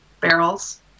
barrels